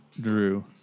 Drew